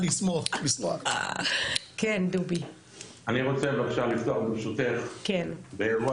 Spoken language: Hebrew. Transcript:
אני רוצה בבקשה לפתוח ברשותך באירוע